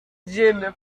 jin